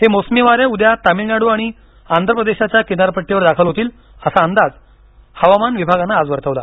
हे मोसमीवारे उद्या तमिळनाडू आणि आंद्रप्रदेशाच्या किनारपट्टीवर दाखल होतील असा अंदाज हवामान विभागानं आज वर्तवला